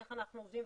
איך אנחנו עובדים,